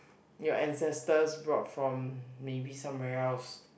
your ancestors brought from maybe somewhere else